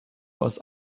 aus